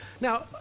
Now